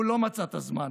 הוא לא מצא את הזמן.